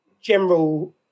general